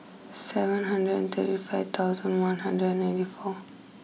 seven hundred and thirty five thousand one hundred and ninety four